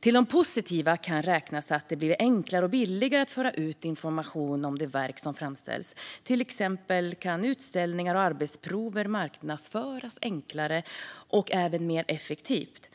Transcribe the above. Till de positiva kan räknas att det blivit enklare och billigare att föra ut information om de verk som framställs. Till exempel kan utställningar och arbetsprover marknadsföras enklare och även mer effektivt.